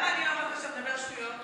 למה אני לא אמרתי שאתה מדבר שטויות?